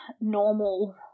normal